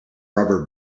rubber